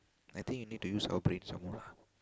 I think you need to use culprit some more lah